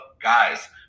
guys